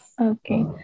Okay